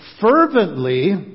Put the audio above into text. fervently